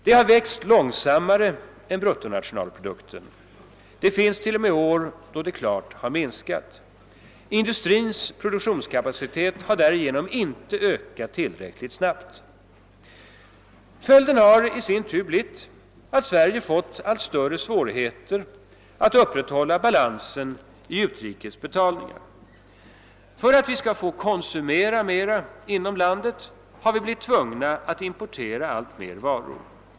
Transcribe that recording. De har växt långsammare än bruttonationalprodukten, och det finns t.o.m. år då de klart har minskat. Industrins produktionskapacitet har därigenom inte ökat tillräckligt snabbt. Följden av detta har i sin tur blivit att Sverige fått allt större svårigheter att upprätthålla balansen i de utrikes betalningarna. För att vi skall få konsumera mera inom landet har vi blivit tvungna att importera alltmer varor.